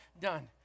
done